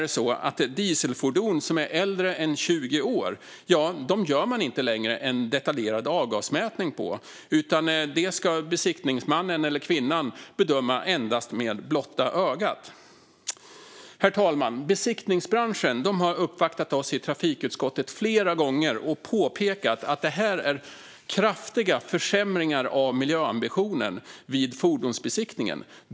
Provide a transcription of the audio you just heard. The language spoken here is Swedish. Och dieselfordon som är äldre än 20 år gör man inte längre någon detaljerad avgasmätning på, utan detta ska besiktningsmannen eller kvinnan bedöma endast med blotta ögat. Herr talman! Besiktningsbranschen har uppvaktat oss i trafikutskottet flera gånger och påpekat att det här är kraftiga försämringar av miljöambitionen vid fordonsbesiktningen.